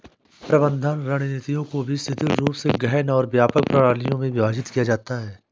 प्रबंधन रणनीतियों को भी शिथिल रूप से गहन और व्यापक प्रणालियों में विभाजित किया जाता है